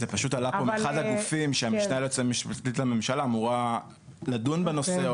זה פשוט עלה פה מאחד מהגופים שהמשנה ליועמ"ש לממשלה אמורה לדון בנושא,